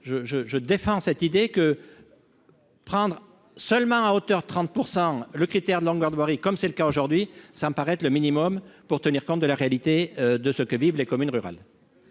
je défends cette idée que prendre seulement à hauteur de 30 % le critère de longueur de voirie, comme c'est le cas aujourd'hui, ça me paraît être le minimum pour tenir compte de la réalité de ce que vivent les communes rurales.